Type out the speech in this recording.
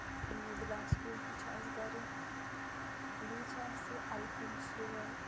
glass کُل تہِ چھُ اَسہِ گرِ بیٚیہِ چھِ اَسہِ اَلہٕ کُلۍ چھِ